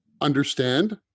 understand